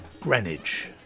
Greenwich